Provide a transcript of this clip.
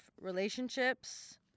relationships